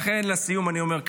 לכן, לסיום אני אומר,